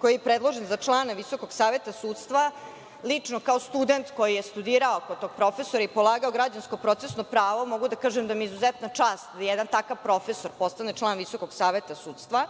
koji je predložen za člana Visokog saveta sudstva. Lično, kao student koji je studirao kod tog profesora i polagao građansko procesno pravo, mogu da kažem da mi je izuzetna čast da jedan takav profesor postane član Visokog saveta sudstva,